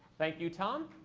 thank you, tom.